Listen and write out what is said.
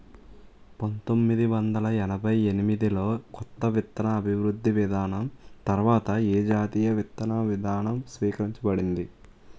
పంతోమ్మిది వందల ఎనభై ఎనిమిది లో కొత్త విత్తన అభివృద్ధి విధానం తర్వాత ఏ జాతీయ విత్తన విధానం స్వీకరించబడింది?